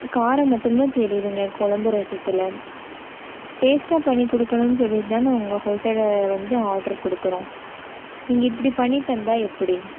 காரம் மட்டும் தான் தெரியுதுங்க குழம்பு ரசத்தில் டேஸ்ட்டாக பண்ணிக் கொடுக்கணுன் சொல்லி தானே உங்கள் ஹோட்டலில் வந்து ஆர்ட்ரு கொடுக்கறோம் நீங்கள் இப்படி பண்ணித் தந்தால் எப்படி